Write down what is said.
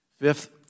Fifth